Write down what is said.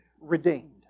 redeemed